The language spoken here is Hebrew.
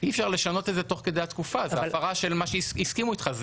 אי אפשר לשנות את זה תוך כדי תקופה כי זאת הפרה של מה שהסכימו איתך.